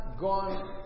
gone